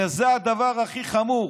וזה הדבר הכי חמור.